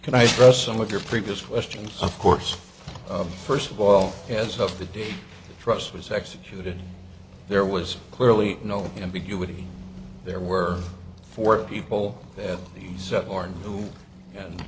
can i throw some of your previous questions of course first of all as of the day trust was executed there was clearly no ambiguity there were four people